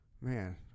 man